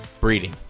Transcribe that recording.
Breeding